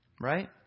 Right